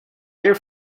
air